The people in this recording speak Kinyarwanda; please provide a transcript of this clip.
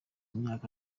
imyaka